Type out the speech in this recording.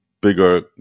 bigger